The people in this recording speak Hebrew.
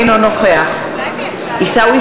אינו נוכח עיסאווי